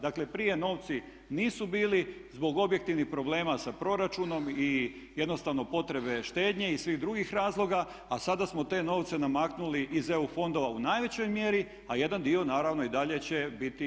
Dakle prije novci nisu bili zbog objektivnih problema sa proračunom i jednostavno potrebe štednje i svih drugih razloga a sada smo te novce namaknuli iz eu fondova u najvećoj mjeri a jedan dio naravno i dalje će biti iz državnog proračuna.